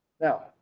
Now